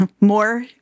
more